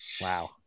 wow